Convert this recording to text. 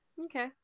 Okay